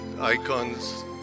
icons